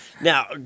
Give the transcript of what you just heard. Now